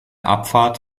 abfahrt